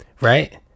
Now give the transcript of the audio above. Right